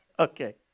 Okay